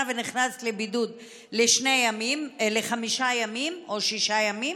ונכנס לבידוד לחמישה ימים או שישה ימים,